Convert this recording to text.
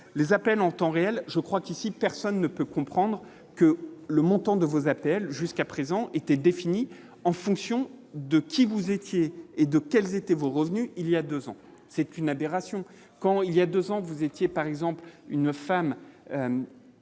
les appels en temps réel, je crois qu'ici personne ne peut comprendre que le montant de vos appels jusqu'à présent étaient définies en fonction de qui vous étiez et de quels étaient vos revenus il y a 2 ans, c'est une aberration quand il y a 2 ans, vous étiez par exemple une femme